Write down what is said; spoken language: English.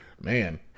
man